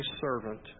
servant